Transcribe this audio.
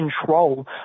control